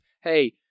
hey